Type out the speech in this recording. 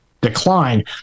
decline